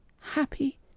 happy